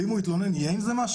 ואם הוא יתלונן יהיה עם זה משהו?